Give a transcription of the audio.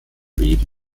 weben